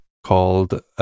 called